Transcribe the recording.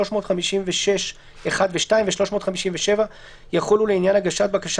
356 (1) ו-(2) ו־357 יחולו לעניין הגשת בקשה